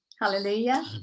Hallelujah